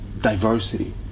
diversity